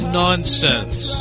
nonsense